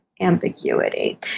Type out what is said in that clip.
ambiguity